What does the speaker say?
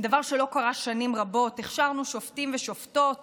דבר שלא קרה שנים רבות, הכשרנו שופטים ושופטות